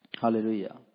Hallelujah